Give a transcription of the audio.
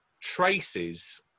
Traces